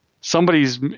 Somebody's